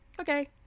okay